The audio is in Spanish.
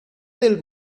del